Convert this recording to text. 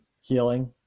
healing